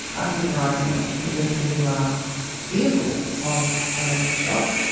unsurprisingly, because people are fearful of electric shock.